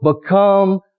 become